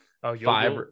five